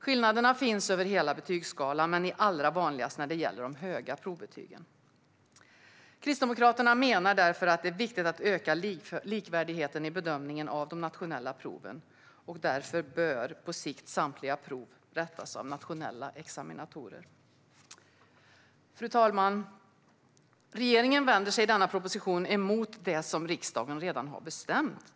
Skillnaderna finns över hela betygsskalan men är allra vanligast när det gäller de höga provbetygen. Kristdemokraterna menar därför att det är viktigt att öka likvärdigheten i bedömningen av de nationella proven, och därför bör på sikt samtliga prov rättas av nationella examinatorer. Fru talman! Regeringen vänder sig i denna proposition emot det som riksdagen redan har bestämt.